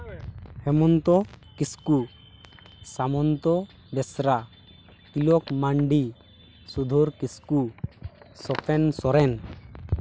Hemant Kisku Samanta Besra Tilak Mandi Sudhar Kisku Soten Soren